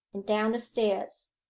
and down the stairs.